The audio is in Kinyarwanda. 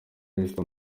esther